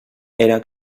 era